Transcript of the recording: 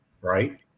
right